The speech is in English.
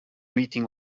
meeting